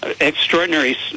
extraordinary